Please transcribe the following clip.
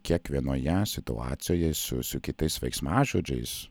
kiekvienoje situacijoje su su kitais veiksmažodžiais